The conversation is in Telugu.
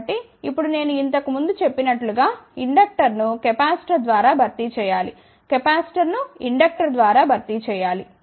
కాబట్టి ఇప్పుడు నేను ఇంతకు ముందు చెప్పినట్లు గా ఇండక్టర్ను కెపాసిటర్ ద్వారా భర్తీ చేయాలి కెపాసిటర్ను ఇండక్టర్ ద్వారా భర్తీ చేయాలి